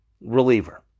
reliever